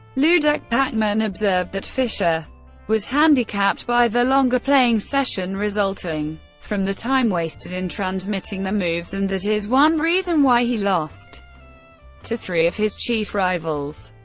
ludek pachman observed that fischer was handicapped by the longer playing session resulting from the time wasted in transmitting the moves, and that is one reason why he lost to three of his chief rivals.